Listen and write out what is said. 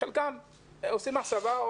חלקם עושים הסבה,